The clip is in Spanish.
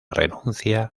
renuncia